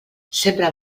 sembra